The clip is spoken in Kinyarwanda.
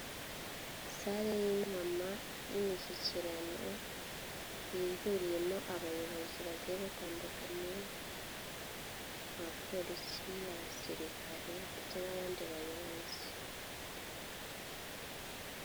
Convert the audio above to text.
Sare y'inama y'imishyikirano yihuriyemo abayobozi bagiye batandukanye, abapolisi, abasirikare ndetse n'abandi bayobozi.